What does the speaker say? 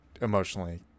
emotionally